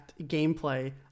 gameplay